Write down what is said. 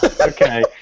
Okay